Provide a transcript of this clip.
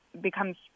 becomes